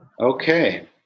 Okay